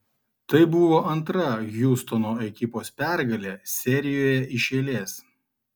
tai buvo antra hjustono ekipos pergalė serijoje iš eilės